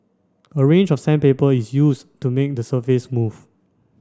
a range of sandpaper is used to make the surface smooth